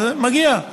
מגיע,